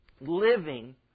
living